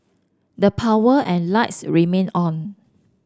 the power and lights remained on